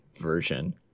version